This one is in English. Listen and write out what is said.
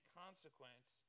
consequence